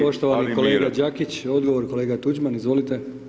Poštovani kolega Đakić, odgovor, kolega Tuđman, izvolite.